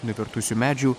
nuvirtusių medžių